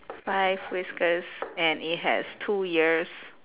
five whiskers and it has two ears